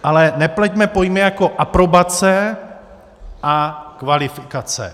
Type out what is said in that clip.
Ale nepleťme pojmy jako aprobace a kvalifikace.